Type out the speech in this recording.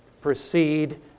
proceed